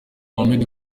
mohammed